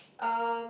um